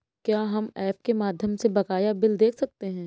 क्या हम ऐप के माध्यम से बकाया बिल देख सकते हैं?